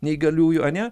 neįgaliųjų ane